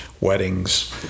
weddings